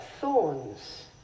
thorns